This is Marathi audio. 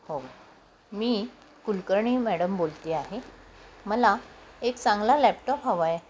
हो मी कुलकर्णी मॅडम बोलते आहे मला एक चांगला लॅपटॉप हवा आहे